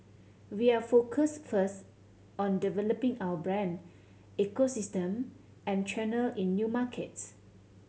we are focused first on developing our brand ecosystem and channel in new markets